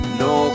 no